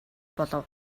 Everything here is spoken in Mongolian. болов